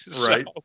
Right